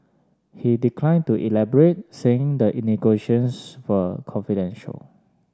he declined to elaborate saying the negotiations for confidential